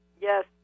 Yes